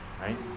right